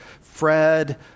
Fred